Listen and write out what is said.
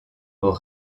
aux